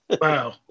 Wow